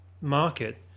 market